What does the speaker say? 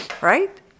right